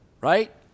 Right